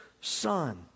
Son